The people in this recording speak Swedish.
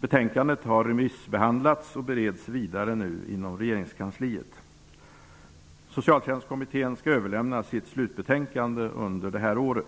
Betänkandet har remissbehandlats och bereds vidare inom regeringskansliet. Socialtjänstkommittén skall överlämna sitt slutbetänkande under detta år.